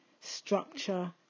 structure